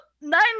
nine